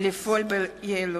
לפעול ביעילות.